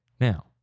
Now